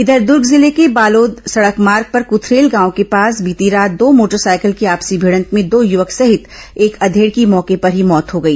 इधर दूर्ग जिले के बालोद सड़क मार्ग पर कृथरेल गांव के पास बीती रात दो मोटरसाइकिल की आपसी भिडंत में दो युवक सहित एक अधेड की मौके पर ही मौत हो गई